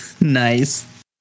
Nice